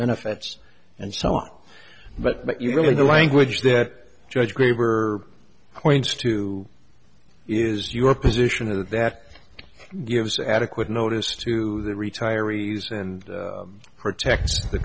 benefits and so on but you really the language that judge graver points to is your position and that gives adequate notice to the retirees and protects the